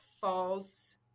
false